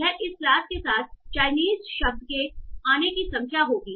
यह इस क्लास के साथ चाइनीस शब्द के आने की संख्या होगी